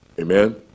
Amen